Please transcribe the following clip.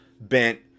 bent